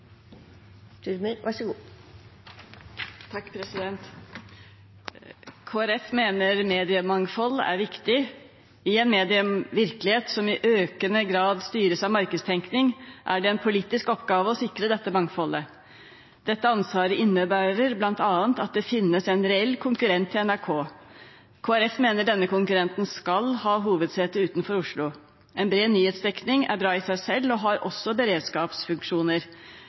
viktig. I en medievirkelighet som i økende grad styres av markedstenkning, er det en politisk oppgave å sikre dette mangfoldet. Dette ansvaret innebærer bl.a. at det finnes en reell konkurrent til NRK. Kristelig Folkeparti mener denne konkurrenten skal ha hovedsete utenfor Oslo. En bred nyhetsdekning er bra i seg selv og har også beredskapsfunksjoner.